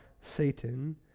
Satan